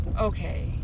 Okay